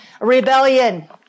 rebellion